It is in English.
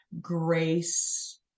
grace